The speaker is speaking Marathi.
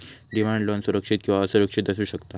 डिमांड लोन सुरक्षित किंवा असुरक्षित असू शकता